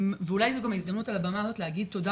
ואולי זו ההזדמנות על הבמה הזאת להגיד תודה